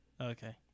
Okay